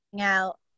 out